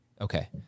Okay